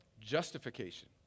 justification